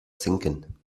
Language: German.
sinken